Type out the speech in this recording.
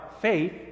faith